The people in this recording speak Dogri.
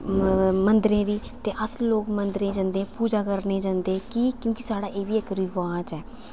मंदरें दी ते अस लोक मंदरें जन्नें कि क्योंकि साढ़ै एह्बी इक रवाज ऐ